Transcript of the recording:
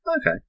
Okay